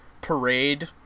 parade